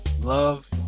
love